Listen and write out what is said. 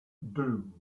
doom